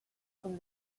from